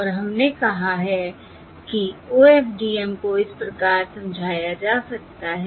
और हमने कहा है कि OFDM को इस प्रकार समझाया जा सकता है